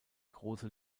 große